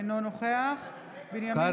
אינו נוכח אתם נגד תושבי אשקלון.